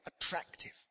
attractive